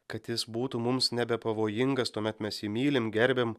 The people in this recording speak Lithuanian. kad jis būtų mums nebepavojingas tuomet mes jį mylim gerbiam